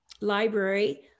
library